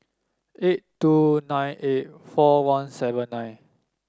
eight two nine eight four one seven nine